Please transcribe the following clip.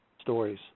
stories